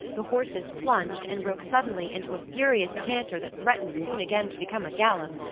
the horses plunged and broke suddenly into a furious canter that threatened soon again to become a gallop,